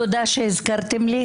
תודה שהזכרתם לי?